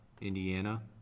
Indiana